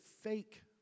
fake